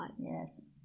Yes